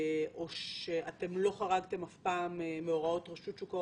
או שאתם לא חרגתם אף פעם מהוראות רשות שוק ההון,